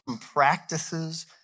practices